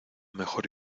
mejor